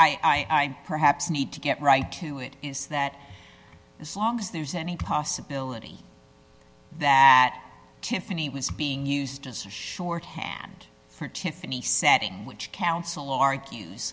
and perhaps need to get right to it is that as long as there's any possibility that tiffany was being used as a shorthand for tiffany setting which counsel argues